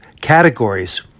categories